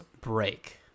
break